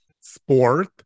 sport